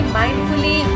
mindfully